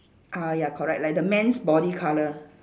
ah ya correct like the man's body colour